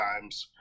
times